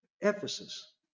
Ephesus